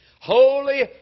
Holy